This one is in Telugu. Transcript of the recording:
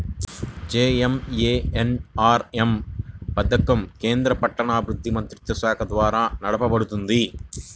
జేఎన్ఎన్యూఆర్ఎమ్ పథకం కేంద్ర పట్టణాభివృద్ధి మంత్రిత్వశాఖ ద్వారా నడపబడుతున్నది